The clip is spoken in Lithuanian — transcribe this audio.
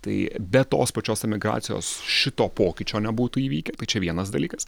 tai be tos pačios emigracijos šito pokyčio nebūtų įvykę tai čia vienas dalykas